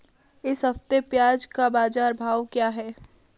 इस हफ्ते प्याज़ का बाज़ार भाव क्या है?